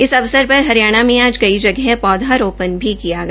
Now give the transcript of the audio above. इस अवसर पर हरियाणा मे आज कई जगह पौधा रोपण भी किया गया